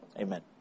Amen